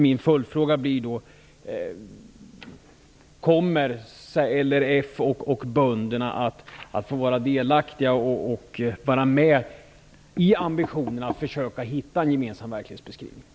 Min följdfråga blir då: Kommer LRF och bönderna att få vara med, i ambitionen att försöka hitta en gemensam verklighetsbeskrivning?